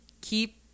keep